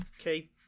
Okay